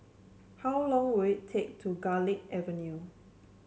how long will it take to Garlick Avenue